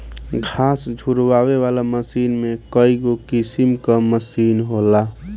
घास झुरवावे वाला मशीन में कईगो किसिम कअ मशीन होला